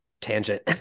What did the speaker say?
tangent